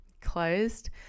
closed